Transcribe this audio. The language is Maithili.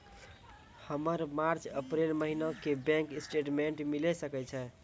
हमर मार्च अप्रैल महीना के बैंक स्टेटमेंट मिले सकय छै?